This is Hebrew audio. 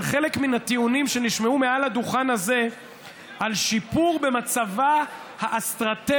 של חלק מן הטיעונים שנשמעו מעל הדוכן הזה על שיפור במצבה האסטרטגי,